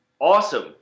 Awesome